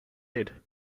aid